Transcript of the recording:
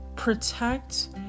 Protect